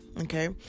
okay